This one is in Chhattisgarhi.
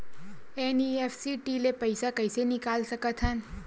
एन.ई.एफ.टी ले पईसा कइसे निकाल सकत हन?